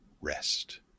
rest